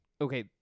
okay